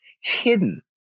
hidden